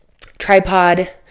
Tripod